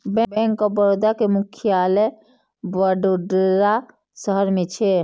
bank of Baroda के मुख्यालय वडोदरा शहर मे छै